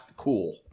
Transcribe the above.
cool